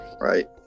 Right